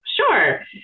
Sure